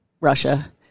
Russia